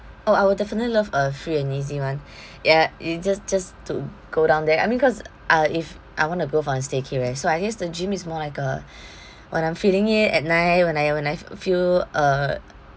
oh I will definitely love a free and easy one ya it just just to go down there I mean cause uh if I want to go for a stayca~ right so I guess the gym is more like a when I'm feeling it at night when I when I f~ feel uh